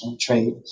trade